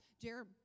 Jared